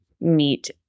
meet